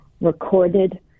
recorded